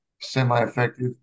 semi-effective